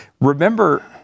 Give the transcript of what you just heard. remember